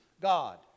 God